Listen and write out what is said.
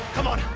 come on.